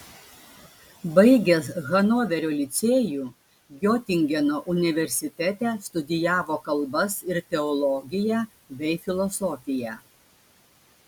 baigęs hanoverio licėjų giotingeno universitete studijavo kalbas ir teologiją bei filosofiją